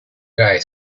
guy